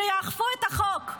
שיאכפו את החוק,